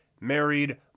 married